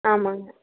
ஆமாங்க